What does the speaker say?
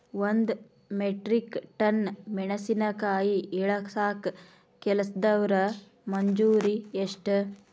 ಒಂದ್ metric tonne ಮೆಣಸಿನಕಾಯಿ ಇಳಸಾಕ್ ಕೆಲಸ್ದವರ ಮಜೂರಿ ಎಷ್ಟ?